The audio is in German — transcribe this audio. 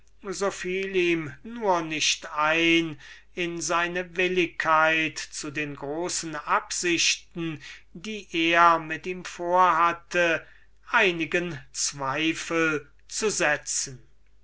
so fiel ihm nur nicht ein in seine willigkeit zu den großen absichten die er mit ihm vorhatte einigen zweifel zu setzen